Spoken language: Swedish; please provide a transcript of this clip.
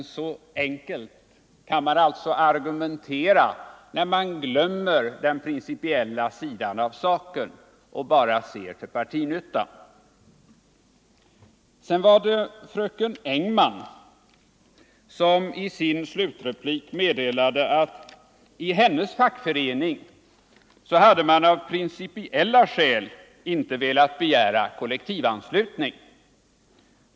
Så enkelt kan man argumentera när man glömmer den principiella sidan av saken och bara ser till partinyttan. Fröken Engman meddelade i sin slutreplik att i hennes fackförening hade man av principiella skäl inte velat begära kollektivanslutning.